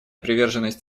приверженность